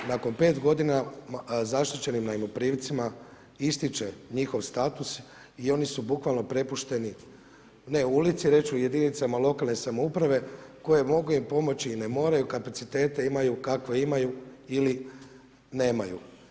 Nakon pet godina zaštićenim najmoprimcima ističe njihov status i oni su bukvalno prepušteni ne ulici, reću jedinicama lokalne samouprave koje mogu im pomoći i ne moraju kapacitete imaju kakve imaju ili nemaju.